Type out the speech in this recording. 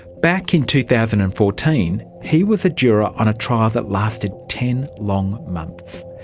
back in two thousand and fourteen, he was a juror on a trial that lasted ten long months.